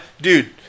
Dude